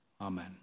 Amen